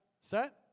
Set